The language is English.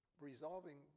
resolving